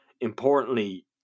importantly